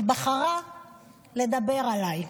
בחרה לדבר עליי.